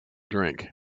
drink